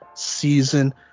season